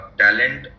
talent